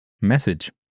message